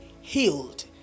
healed